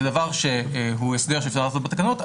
זה דבר שהוא הסדר שאפשר לעשות בתקנות,